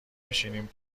بشینیم